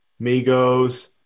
Migos